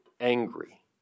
angry